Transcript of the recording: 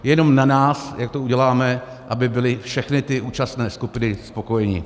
Je jenom na nás, jak to uděláme, aby byly všechny ty účastné skupiny spokojeny.